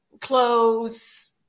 clothes